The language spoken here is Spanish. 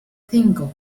cinco